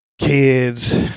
kids